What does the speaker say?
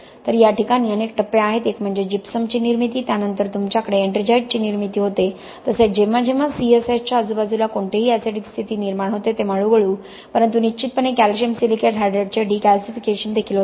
तर याठिकाणी अनेक टप्पे आहेत एक म्हणजे जिप्समची निर्मिती त्यानंतर तुमच्याकडे एट्रिंजाइटची निर्मिती होते तसेच जेव्हा जेव्हा C S H च्या आजूबाजूला कोणतीही एसेडिक स्थिती निर्माण होते तेव्हा हळूहळू परंतु निश्चितपणे कॅल्शियम सिलिकेट हायड्रेटचे डिकॅल्सीफिकेशन देखील होते